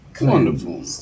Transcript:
Wonderful